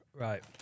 Right